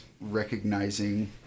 recognizing